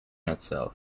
itself